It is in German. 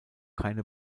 keine